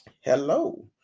hello